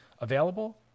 available